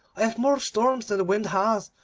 i have more storms than the wind has,